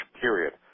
period